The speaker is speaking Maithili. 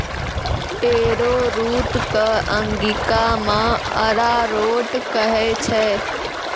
एरोरूट कॅ अंगिका मॅ अरारोट कहै छै